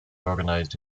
organized